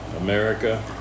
America